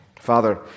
Father